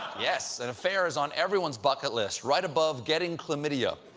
yes, an affair is on everyone's bucket list, right above getting chlamydia.